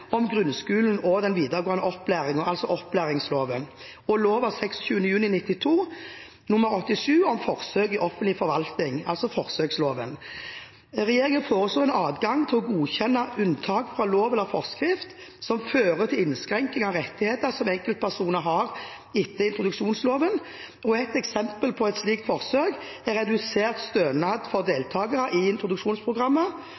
om grunnskolen og den vidaregåande opplæringa, altså opplæringsloven, og lov av 26. juni 1992 nr. 87 om forsøk i offentlig forvaltning, altså forsøksloven. Regjeringen foreslår en adgang til å godkjenne unntak fra lov eller forskrift som fører til innskrenking av rettigheter som enkeltpersoner har etter introduksjonsloven. Et eksempel på et slikt forsøk er redusert stønad for